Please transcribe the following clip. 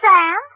Sam